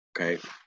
okay